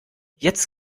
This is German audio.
jetzt